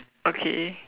okay